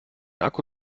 akku